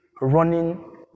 running